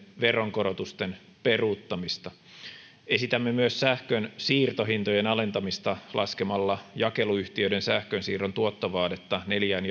veronkorotusten peruuttamista esitämme myös sähkönsiirtohintojen alentamista laskemalla jakeluyhtiöiden sähkönsiirron tuottovaadetta neljään